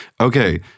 okay